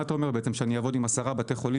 מה אתה אומר שאני אעבוד עם 10 בתי חולים